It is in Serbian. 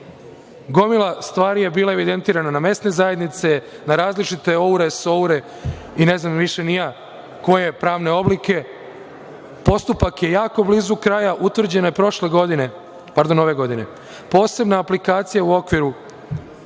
gomila stvari je bila evidentirana na mesne zajednice, na različite OUR-e, SOUR-e i ne znam više ni ja koje pravne oblike. Postupak je jako blizu kraja. Utvrđeno je prošle godine, pardon, ove godine posebna aplikacija u okviru